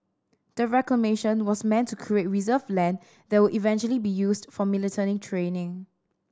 the reclamation was meant to create reserve land that would eventually be used for military training